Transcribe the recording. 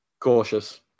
Cautious